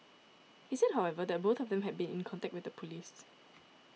he said however that both of them had been in contact with police